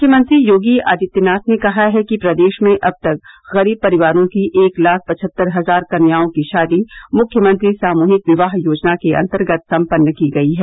मुख्यमंत्री योगी आदित्यनाथ ने कहा है कि प्रदेश में अब तक गरीब परिवारों की एक लाख पचहत्तर हजार कन्याओं की शादी मुख्यमंत्री सामूहिक विवाह योजना के अन्तर्गत सम्पन्न की गयी है